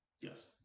Yes